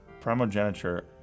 primogeniture